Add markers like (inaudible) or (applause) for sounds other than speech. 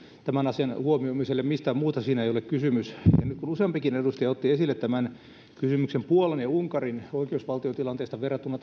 tämän asian huomioimisella mistään muusta siinä ei ole kysymys nyt kun useampikin edustaja otti esille kysymyksen puolan ja unkarin oikeusvaltiotilanteesta verrattuna (unintelligible)